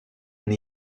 and